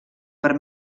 per